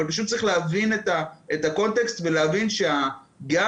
אבל צריך להבין את הקונטקסט ולהבין שגם